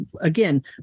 Again